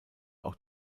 auch